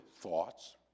thoughts